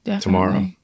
tomorrow